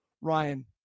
Ryan